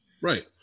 Right